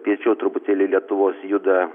piečiau truputėlį lietuvos juda